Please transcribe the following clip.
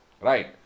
Right